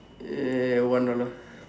uh one dollar